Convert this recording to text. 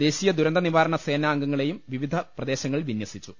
ദേശീയ ദുരന്ത നിവാരണ സേനാ അംഗങ്ങളെയും വിവിധ പ്രദേശങ്ങളിൽ വിന്യസിച്ചു